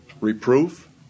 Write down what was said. Reproof